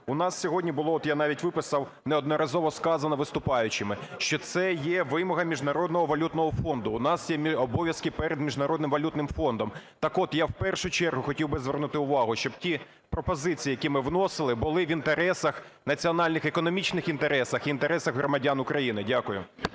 у нас сьогодні було от я навіть виписав неодноразово сказане виступаючими, що це є вимога Міжнародного валютного фонду, у нас є обов'язки перед Міжнародним валютним фондом. Так от я в першу чергу хотів би звернути увагу, щоб ті пропозиції, які ми вносили були в інтересах національних, економічних інтересах і інтересах громадян України. Дякую.